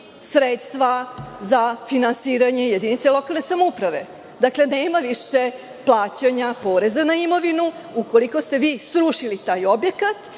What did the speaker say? sredstva za finansiranje jedinica lokalne samouprave. Dakle, nema više plaćanja poreza na imovinu, ukoliko ste vi srušili taj objekat